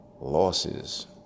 losses